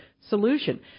solution